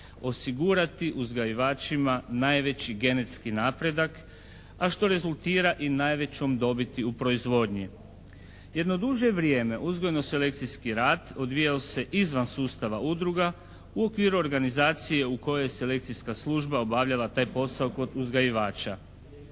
osigurati uzgajivačima najveći genetski napredak a što rezultira i najvećom dobiti u proizvodnji. Jedno duže vrijeme uzgojno-selekcijski rad odvijao se izvan sustava udruga u okviru organizacije u kojoj selekcijska služba obavljala taj posao kod uzgajivača.